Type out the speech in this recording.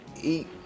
eat